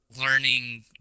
learning